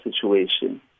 situation